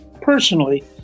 personally